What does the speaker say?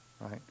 right